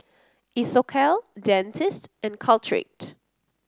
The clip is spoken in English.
Isocal Dentiste and Caltrate